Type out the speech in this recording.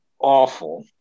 awful